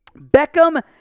Beckham